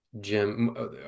Jim